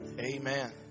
Amen